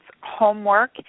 homework